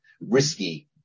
risky